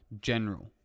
General